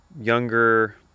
younger